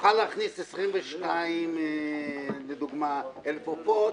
נוכל להכניס לדוגמה 22,000 עופות,